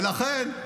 ולכן,